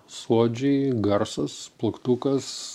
suodžiai garsas plaktukas